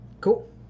Cool